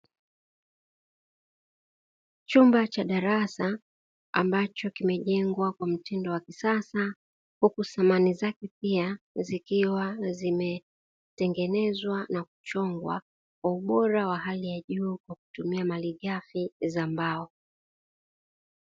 Chumba cha darasa ambacho kimejengwa kwa mtindo wa kisasa, huku samani zake pia zikiwa zimetengenezwa na kuchongwa ubora wa hali ya juu kwa kutumia malighafi za mbao.